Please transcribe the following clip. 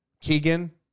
Keegan